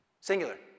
Singular